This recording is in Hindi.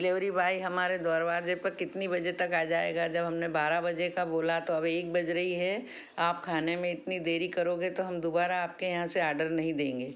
डिलेवरी बॉय हमारे दरवाजे पर कितनी बजे तक आ जाएगा जब हमने बारह बजे का बोला तो अभी एक बज रही है आप खाने में इतनी देरी करोगे तो हम दोबारा आपके यहाँ से आडर नहीं देंगे